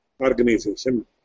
organization